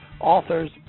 authors